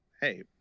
hey